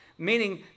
Meaning